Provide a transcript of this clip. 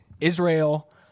Israel